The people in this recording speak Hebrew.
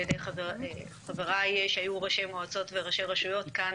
ידי חבריי שהיו ראשי מועצות וראשי רשויות כאן,